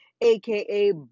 aka